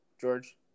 George